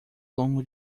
longo